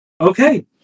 Okay